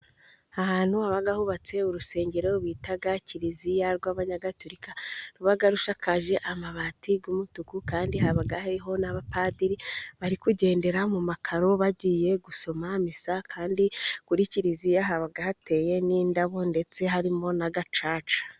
Ahantu haba hubatse urusengero bita kiliziya rw'abanyagatulirika ruba rushakaje amabati y'mutuku, kandi haba hariho n'abapadiri bari kugendera mu makaro bagiye gusoma misa, kandi kuri kiliziya haba hateye n'indabo ndetse harimo n'agacaca.